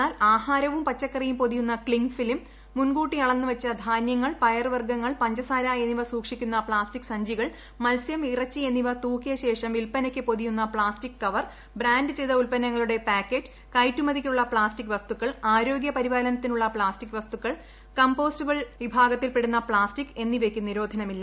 എന്നാൽ ആഹാരവും പച്ചക്കറിയും പൊതിയുന്ന ക്ലിങ് ഫിലിം മുൻകൂട്ടി അളന്നുവച്ച ധാനൃങ്ങൾ പയർവർഗങ്ങൾ പഞ്ചസാര എന്നിവ സൂക്ഷിക്കുന്ന പ്ലാസ്റ്റിക് സഞ്ചികൾ മത്സ്യം ഇറച്ചി എന്നിവ തൂക്കിയ ശേഷം വിൽപനയ്ക്ക് പൊതിയുന്ന പ്ലാസ്റ്റിക് കവർ ബ്രാൻഡ് ചെയ്ത ഉൽപന്നങ്ങളുടെ പായ്ക്കറ്റ് കയറ്റുമതിക്കുള്ള പ്പാസ്റ്റിക് വസ്തുക്കൾ ആരോഗ്യ പരിഷ്ടാലനത്തിനുള്ള പ്ലാസ്റ്റിക് ക്ക് പ്ലാസ്റ്റിക്കൾ കംപോസ്റ്റബിൾ വിഭട്ട്ഗത്തിൽപ്പെടുന്ന പ്ലാസ്റ്റിക് എന്നിവയ്ക്ക് നിരോധനമില്ല